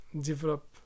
develop